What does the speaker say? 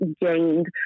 gained